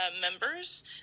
members